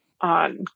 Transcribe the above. on